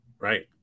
Right